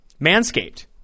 Manscaped